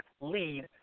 lead